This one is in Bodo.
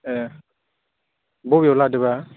ए बबेयाव लादोंबा